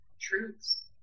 truths